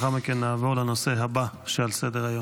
לאחר מכן נעבור לנושא הבא שעל סדר-